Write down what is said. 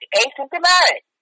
asymptomatic